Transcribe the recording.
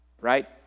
right